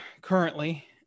currently